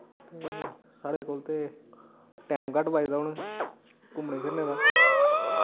ते साढ़े कोल ते टैम घट्ट बचदा हून घुम्मने फिरने दा